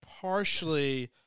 Partially